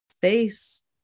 face